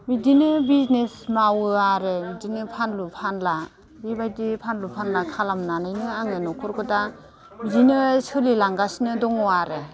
बिदिनो बिजनेस मावो आरो बिदिनो फानलु फानला बेबायदि फानलु फानला खालामनानैनो आङो न'खरखौ दा बिदिनो सोलिलांगासिनो दङ आरो